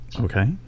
Okay